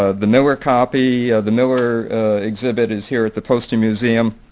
ah the miller copy, the miller exhibit is here at the postal museum.